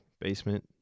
basement